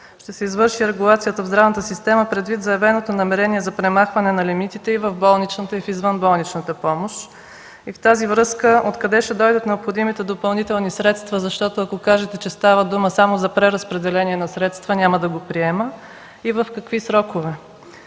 ще се извърши регулацията в здравната система, предвид заявеното намерение за премахване на лимитите в болничната и в извънболничната помощ? В тази връзка: откъде ще дойдат необходимите допълнителни средства, защото ако кажете, че става дума само за преразпределение на средства няма да го приема, и в какви срокове?